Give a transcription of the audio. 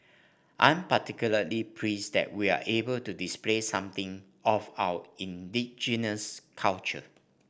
I'm particularly pleased that we're able to display something of our indigenous culture